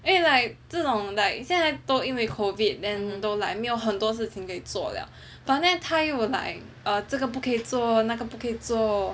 因为 like 这种 like 现在都因为 COVID then 都 like 很多事情都不可以做了 but then 他又 will like 这可不可以做那可不可以做